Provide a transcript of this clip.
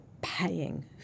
paying